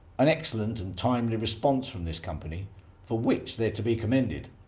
an excellent and timely response from this company for which they're to be commended,